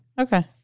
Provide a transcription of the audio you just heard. Okay